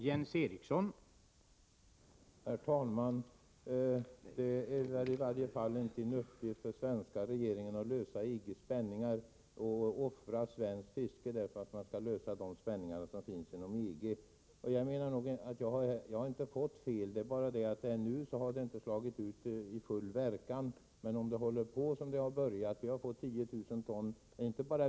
Herr talman! Det är väl i varje fall inte en uppgift för svenska regeringen att offra svenskt fiske för att lösa de spänningar som finns inom EG. Jag menar att jag inte har fått fel. Det är bara det att verkningarna ännu inte har slagit igenom fullt ut.